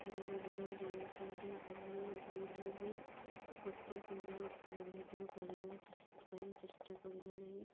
ବଡ଼ ବଡ଼ ଜଳାଶୟରେ ଆମେ ଭୁଲରେ ବି ଫଟୋ କିମ୍ବା ଭିଡ଼ିଓ କରିବା ଚେସ୍ ପାଇଁ ଚେଷ୍ଟା କରିବା ନାହିଁ